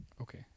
Okay